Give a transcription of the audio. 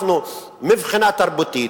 מבחינה תרבותית,